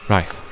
Right